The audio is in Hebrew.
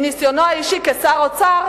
מניסיונו האישי כשר אוצר,